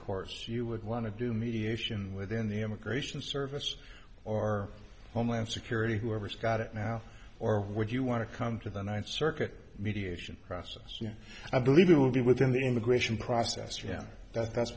course you would want to do mediation within the immigration service or homeland security whoever's got it now or would you want to come to the ninth circuit mediation process i believe it will be within the immigration process for him that's